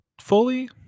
fully